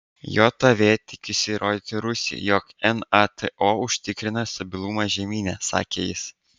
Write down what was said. jav tikisi įrodyti rusijai jog nato užtikrina stabilumą žemyne sakė jis